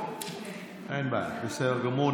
אין בעיה, בסדר גמור.